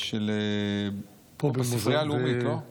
של הספרייה הלאומית, לא?